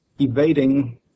evading